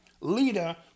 leader